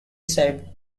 said